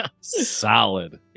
Solid